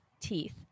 teeth